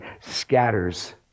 scatters